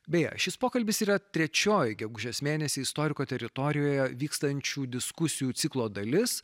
beje šis pokalbis yra trečioji gegužės mėnesį istoriko teritorijoje vykstančių diskusijų ciklo dalis